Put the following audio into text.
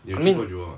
I mean